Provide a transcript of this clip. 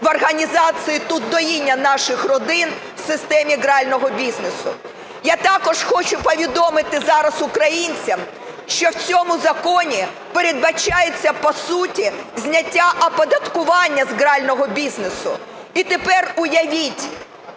в організації тут "доїння" наших родин в системі грального бізнесу. Я також хочу повідомити зараз українцям, що в цьому законі передбачається по суті зняття оподаткування з грального бізнесу. І тепер, уявіть,